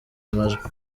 amajwi